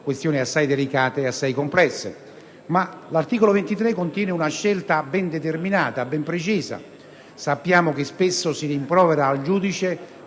questioni assai delicate e complesse, ma l'articolo 23 contiene una scelta ben determinata e ben precisa. Sappiamo che spesso si rimprovera al giudice